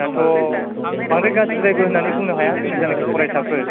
दाथ' बांद्राय गाज्रिद्रायबो होननानै बुंनो हाया जोंनि जायनाखि फरायसाफोर